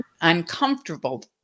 uncomfortable